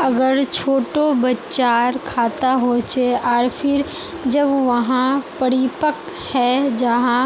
अगर छोटो बच्चार खाता होचे आर फिर जब वहाँ परिपक है जहा